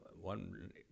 one